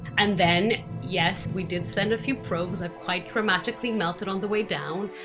and then, yes, we did send a few probes that quite traumatically melted on the way down,